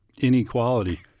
Inequality